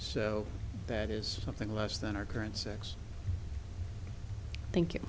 so that is something less than our current sex thank